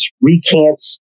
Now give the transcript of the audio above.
recants